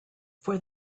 for